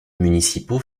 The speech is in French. municipaux